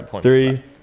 Three